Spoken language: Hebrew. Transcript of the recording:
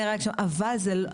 לא,